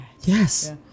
yes